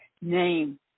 name